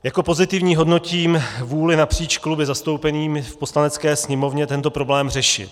Jako pozitivní hodnotím vůli napříč kluby zastoupenými v Poslanecké sněmovně tento problém řešit.